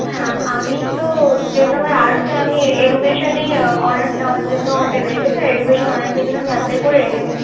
হ্যাঁ আমি তো যেহেতু আমার আর্টস তাই আমি এডুকেশানে অনার্স নেওয়ার জন্য ভেবে রেখেছি আর এডুকেশানে অনার্সের জন্য আমি অ্যাপ্লাই করে রেখেছি